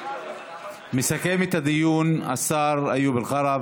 מסכם את הדיון השר איוב קרא.